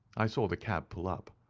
i saw the cab pull up.